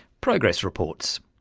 progress reports.